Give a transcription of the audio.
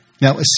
Now